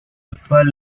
actual